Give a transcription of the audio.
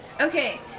Okay